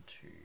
two